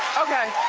okay.